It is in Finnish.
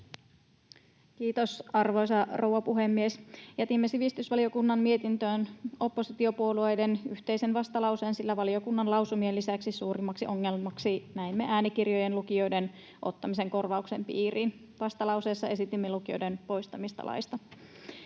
Kiitos, arvoisa rouva puhemies! Jätimme sivistysvaliokunnan mietintöön oppositiopuolueiden yhteisen vastalauseen, sillä valiokunnan lausumien lisäksi näimme suurimmaksi ongelmaksi äänikirjojen lukijoiden ottamisen korvauksen piiriin. Vastalauseessa esitimme lukijoiden poistamista laista.